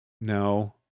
no